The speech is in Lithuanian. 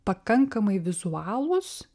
pakankamai vizualūs